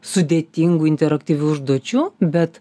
sudėtingų interaktyvių užduočių bet